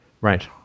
Right